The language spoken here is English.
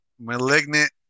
malignant